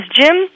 Jim